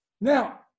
Now